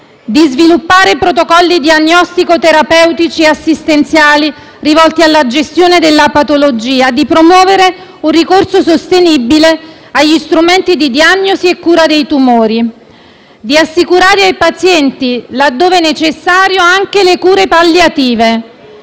di sviluppare protocolli diagnostico-terapeutici e assistenziali rivolti alla gestione della patologia; di promuovere un ricorso sostenibile agli strumenti di diagnosi e cura dei tumori; di assicurare ai pazienti, laddove necessarie, le cure palliative;